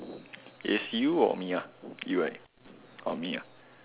is you or me you right or me